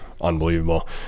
unbelievable